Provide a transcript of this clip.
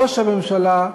ראש הממשלה,